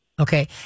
Okay